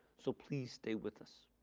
so please stay with us.